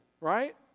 right